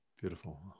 Beautiful